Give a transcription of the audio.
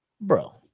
bro